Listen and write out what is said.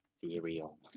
Serial